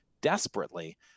desperately